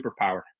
superpower